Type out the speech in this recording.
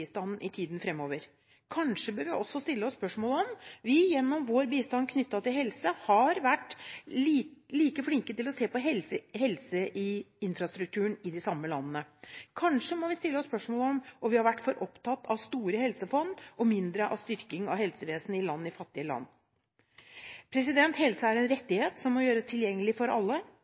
i tiden fremover. Kanskje bør vi også stille oss spørsmål om vi, gjennom vår bistand knyttet til helse, har vært like flinke til å se på helseinfrastrukturen i de samme landene. Kanskje må vi stille oss spørsmålet om vi har vært for opptatt av store helsefond og mindre av styrking av helsevesen i fattige land. Helse er en rettighet som må gjøres tilgjengelig for alle.